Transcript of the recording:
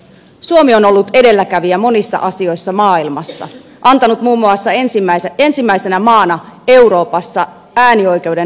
suomi on ollut edelläkävijä monissa asioissa maailmassa antanut muun muassa ensimmäisenä maana euroopassa äänioikeuden naisille